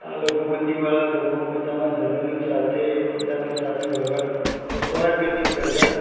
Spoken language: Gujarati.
આ લઘુમતી વાળા ધર્મો પોતાની ધર્મની સાથે પોતાની સાથે રહેવા વસવાટ કરતી પ્રજા